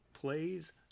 Plays